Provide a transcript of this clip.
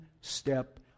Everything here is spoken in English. step